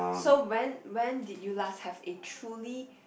so when when did you last have a truly